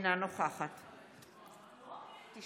אינה נוכחת יש